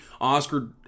Oscar